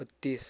बत्तीस